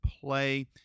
play